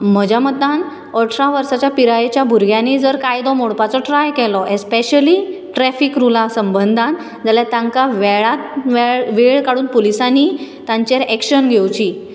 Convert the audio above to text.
म्हज्या मतान अठरा वर्सांच्या पिरायेच्या भुरग्यांनी जर कायदो मोडपाचो ट्राय केलो एस्पेशली ट्रेफिक रुला संबंदान जाल्यार तांकां वेळांत वेळ काडून पुलिसांनी तांचेर एक्शन घेवची